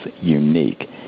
unique